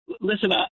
Listen